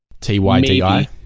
T-Y-D-I